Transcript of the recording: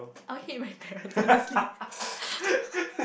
I hate myself honestly